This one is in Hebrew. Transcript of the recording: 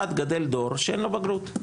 אחד גדל דור שאין לו בגרות.